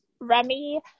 Remy